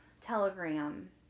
telegram